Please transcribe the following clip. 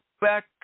back